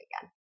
again